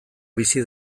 bizi